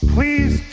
Please